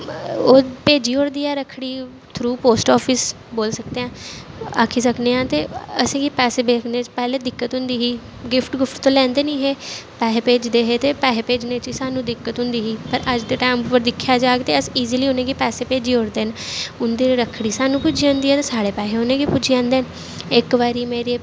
ओह् भेजी ओड़दी ऐ रक्खड़ी थ्रू पोस्ट आफिस बोल सकते हैं आक्खी सकने आं ते असेंगी पैसे भेजने च पैह्लें दिक्कत होंदी ही गिफ्ट गुफ्ट ते लैंदे निं हे पैहे भेजदे हे ते पैहे भेजने च सानूं दिक्कत होंदी ही पर अज्ज दे टैम उप्पर दिक्खेआ जाह्ग ते अस ईजली उ'नेंगी पैसे भेजी ओड़दे न उंदी रक्खड़ी सानूं पुज्जी जंदी ऐ ते साढ़े पैहे उ'नेंगी पुज्जी जंदे न इक बारी मेरे